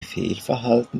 fehlverhalten